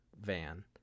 van